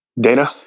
Dana